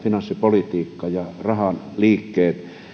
finanssipolitiikka ja rahan liikkeet